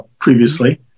previously